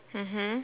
mmhmm